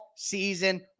season